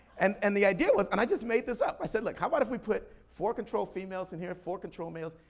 and and the idea was, and i just made this up. i said, look, how about if we put four controlled females in here, four controlled males,